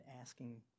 asking